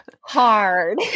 hard